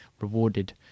rewarded